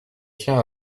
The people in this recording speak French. tiens